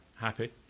happy